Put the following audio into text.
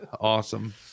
awesome